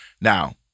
Now